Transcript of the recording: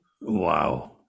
Wow